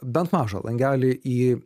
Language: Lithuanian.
bent mažą langelį į